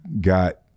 got